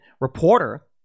reporter